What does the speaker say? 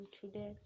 today